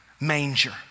manger